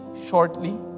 shortly